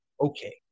okay